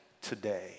today